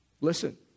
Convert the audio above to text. Listen